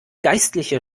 geistliche